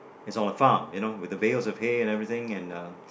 it's on a farm you know with the bails of hay and everything and uh